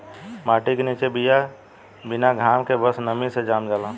माटी के निचे बिया बिना घाम के बस नमी से जाम जाला